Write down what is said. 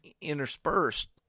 interspersed